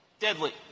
deadly